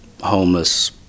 homeless